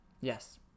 Yes